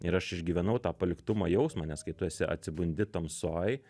ir aš išgyvenau tą paliktumo jausmą nes kai tu esi atsibundi tamsoj